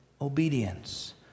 obedience